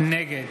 נגד